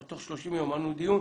בתוך 30 יום יהיה לנו דיון.